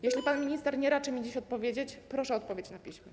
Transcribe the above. Jeśli pan minister nie raczy mi dziś odpowiedzieć, proszę o odpowiedź na piśmie.